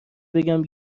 بگم